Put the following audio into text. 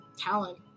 talent